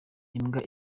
imbwa